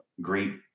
great